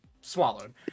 swallowed